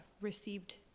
received